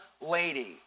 lady